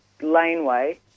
laneway